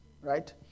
right